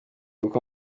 uko